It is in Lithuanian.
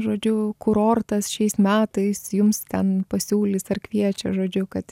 žodžiu kurortas šiais metais jums ten pasiūlys ar kviečia žodžiu kad